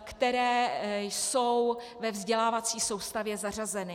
které jsou ve vzdělávací soustavě zařazeny.